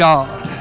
God